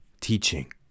Teaching